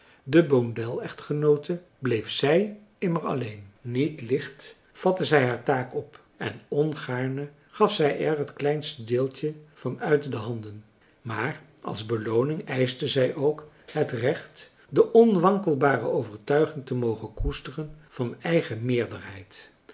de model echtgenoote bleef zij immer alleen niet licht vatte zij haar taak op en ongaarne gaf zij er het kleinste deeltje van uit de handen maar als belooning eischte zij ook het recht de onwankelbare overtuiging te mogen koesteren van eigen meerderheid